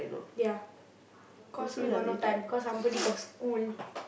ya cause we got no time cause somebody got school